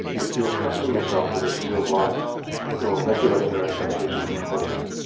if you accustom yourself to this view of life you will regulate your expectations accordingly,